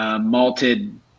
malted